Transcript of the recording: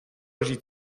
žít